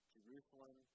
Jerusalem